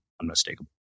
unmistakable